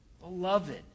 Beloved